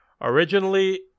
originally